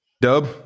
Dub